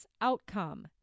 outcome